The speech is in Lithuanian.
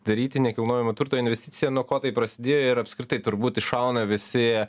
daryti nekilnojamo turto investiciją nuo ko taip prasidėjo ir apskritai turbūt iššauna visi